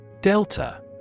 Delta